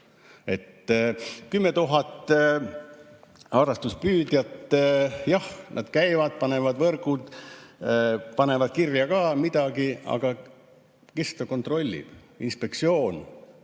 10 000 harrastuspüüdjat, jah, nad käivad, panevad võrgud, panevad kirja ka midagi. Aga kes seda kontrollib? Inspektsioon